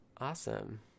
Awesome